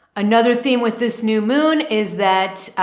another theme with this new moon is that,